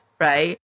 right